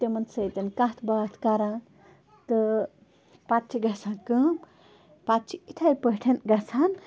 تِمَن سۭتۍ کَتھ باتھ کران تہٕ پَتہٕ چھِ گژھان کٲم پَتہٕ چھِ یِتھے پٲٹھۍ گژھان